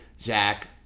Zach